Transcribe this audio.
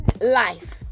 life